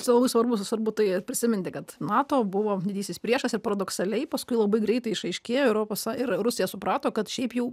čai labai svarbu tai ir prisiminti kad nato buvo didysis priešas ir paradoksaliai paskui labai greitai išaiškėjo europos są ir rusija suprato kad šiaip jau